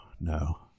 No